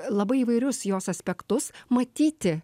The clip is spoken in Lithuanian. labai įvairius jos aspektus matyti